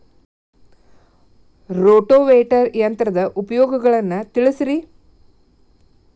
rotavator ಯಂತ್ರದ ಉಪಯೋಗಗಳನ್ನ ತಿಳಿಸಿರಿ